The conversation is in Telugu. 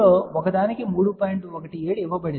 17 ఇవ్వబడింది